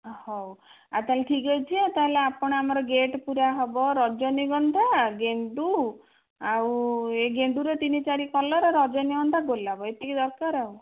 ହଉ ଆଉ ତା' ହେଲେ ଠିକ୍ ଅଛି ଆଉ ଆପଣ ତା' ହେଲେ ଆମର ଗେଟ୍ ପୁରା ହେବ ରଜନୀଗନ୍ଧା ଗେଣ୍ଡୁ ଆଉ ଏ ଗେଣ୍ଡୁର ତିନି ଚାରି କଲର ରଜନୀଗନ୍ଧା ଗୋଲାପ ଏତିକି ଦରକାର ଆଉ